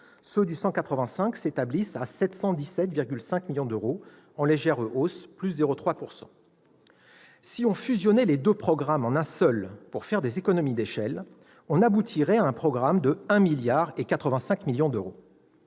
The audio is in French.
185 s'établissent à 717,5 millions d'euros, en légère hausse de 0,3 %. Si l'on fusionnait les deux programmes en un seul pour faire des économies d'échelle, on aboutirait à un programme de 1,085 milliard d'euros.